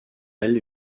elle